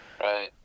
right